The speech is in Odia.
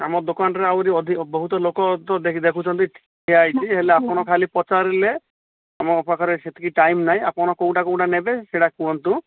ଆମର ଦୋକାନରେ ଆହୁରି ଅଧିକ ବହୁତ ଅଧିକ ଲୋକ ଅଛ ଦେଖୁଛନ୍ତି ଠିଆ ହେଇକି ହେଲେ ଆପଣ ଖାଲି ପଚାରିଲେ ଆମ ପାଖରେ ସେତିକି ଟାଇମ ନାହିଁ ଆପଣ କେଉଁଟା କେଉଁଟା ନେବେ ସେଇଟା କୁହନ୍ତୁ